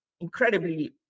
incredibly